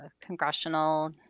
congressional